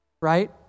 Right